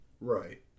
Right